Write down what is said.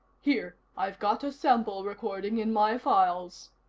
here i've got a sample recording in my files.